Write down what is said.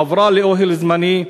עברה לאוהל זמני,